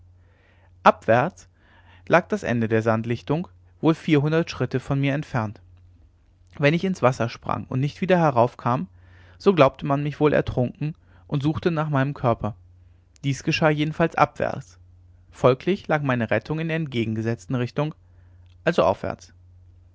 abwärts lag das ende der sandlichtung wohl vierhundert schritte von mir entfernt wenn ich ins wasser sprang und nicht wieder heraufkam so glaubte man mich wohl ertrunken und suchte nach meinem körper dies geschah jedenfalls abwärts folglich lag meine rettung in der entgegengesetzten richtung also aufwärts